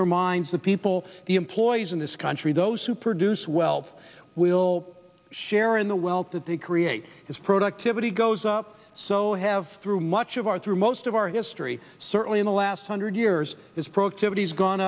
their minds the people the employees in this country those who produce wealth will share in the wealth that they create is productivity goes up so have through much of our through most of our history certainly in the last hundred years is productivity has gone